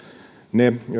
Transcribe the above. ne